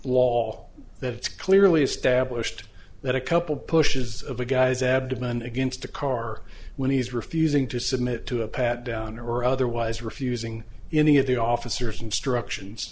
wall that it's clearly established that a couple pushes of the guy's abdomen against the car when he's refusing to submit to a pat down or otherwise refusing any of the officers instructions